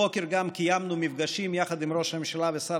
הבוקר גם קיימנו מפגשים עם ראש הממשלה והשר